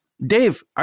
Dave